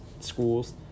schools